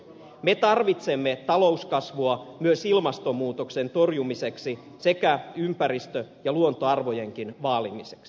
me tarvitsemme talouskasvua myös ilmastonmuutoksen torjumiseksi sekä ympäristö ja luontoarvojenkin vaalimiseksi